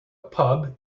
pub